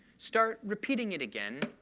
start repeating it again.